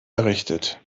errichtet